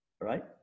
Right